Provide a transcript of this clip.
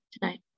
tonight